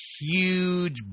huge